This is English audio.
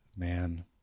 Man